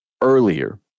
earlier